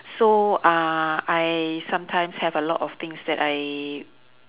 so uh I sometimes have a lot of things that I